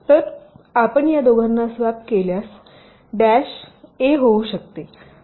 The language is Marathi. तर आपण या दोघांना स्वॅप केल्यास हे डॅश डॅश ए होऊ शकते